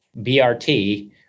BRT